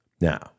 Now